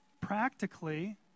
practically